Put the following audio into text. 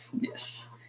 Yes